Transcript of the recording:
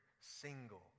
single